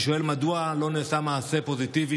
אני שואל מדוע לא נעשה מעשה פוזיטיבי,